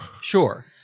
sure